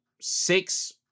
six